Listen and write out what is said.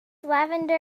lavender